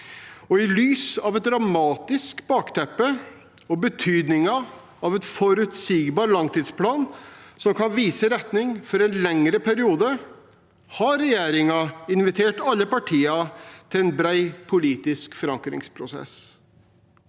i lys av et dramatisk bakteppe og betydningen av en forutsigbar langtidsplan som kan vise retning for en lengre periode, har regjeringen invitert alle partiene til en bred politisk forankringsprosess.